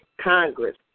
Congress